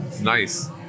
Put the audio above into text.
nice